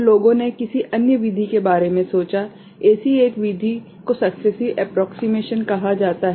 तो लोगों ने किसी अन्य विधि के बारे में सोचा ऐसी एक विधि को सक्सेसिव एप्रोक्सिमेशन कहा जाता है